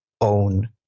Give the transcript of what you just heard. own